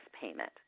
payment